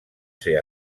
ser